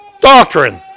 doctrine